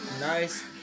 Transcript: Nice